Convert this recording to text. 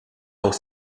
auch